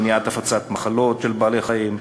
מניעת הפצת מחלות של בעלי-חיים,